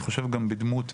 אני חושב גם בדמות,